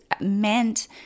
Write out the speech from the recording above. meant